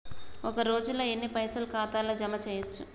ఒక రోజుల ఎన్ని పైసల్ ఖాతా ల జమ చేయచ్చు?